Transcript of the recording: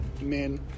men